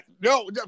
No